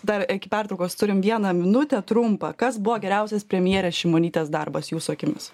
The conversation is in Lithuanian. dar iki pertraukos turim vieną minutę trumpą kas buvo geriausias premjerės šimonytės darbas jūsų akimis